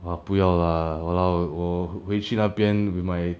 !wah! 不要啦 !walao! 我回去那边 with my